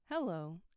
Hello